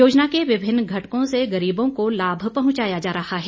योजना के विभिन्न घटकों से गरीबों को लाभ पहुंचाया जा रहा है